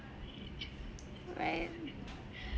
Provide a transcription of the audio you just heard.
right